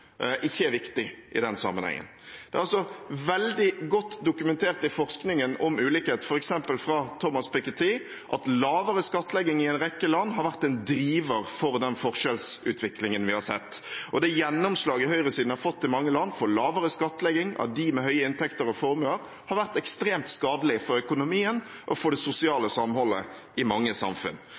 ikke er viktig i den sammenhengen. Det er veldig godt dokumentert i forskningen om ulikhet, f.eks. av Thomas Piketty, at lavere skattlegging i en rekke land har vært en driver for den forskjellsutviklingen vi har sett. Og det gjennomslaget høyresiden har fått i mange land for lavere skattlegging av dem med høye inntekter og formuer, har vært ekstremt skadelig for økonomien og for det sosiale samholdet i mange samfunn.